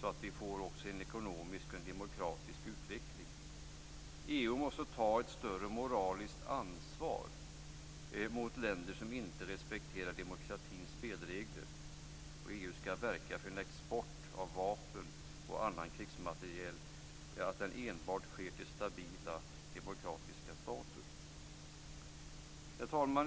så att vi också får en ekonomisk och demokratisk utveckling. EU måste ta ett större moraliskt ansvar mot länder som inte respekterar demokratins spelregler. EU skall verka för att export av vapen och annan krigsmateriel sker enbart till stabila demokratiska stater. Herr talman!